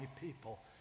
people